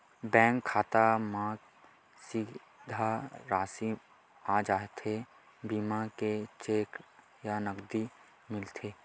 Bank खाता मा सीधा राशि आ जाथे बीमा के कि चेक या नकदी मिलथे?